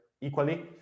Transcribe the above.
equally